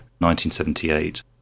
1978